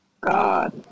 God